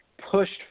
pushed